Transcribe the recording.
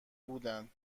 بودن